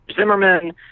Zimmerman